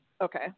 Okay